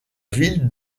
ville